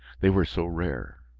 they were so rare.